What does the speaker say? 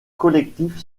collectifs